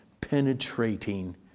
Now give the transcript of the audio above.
penetrating